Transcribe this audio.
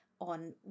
on